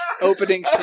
opening